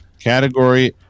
Category